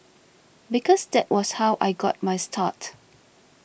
because that was how I got my start